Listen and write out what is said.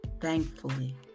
Thankfully